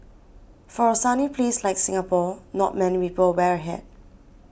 for a sunny place like Singapore not many people wear a hat